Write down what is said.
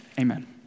amen